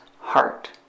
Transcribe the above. heart